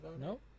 No